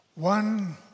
One